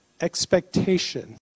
expectation